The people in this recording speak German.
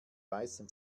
weißem